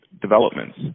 developments